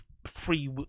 free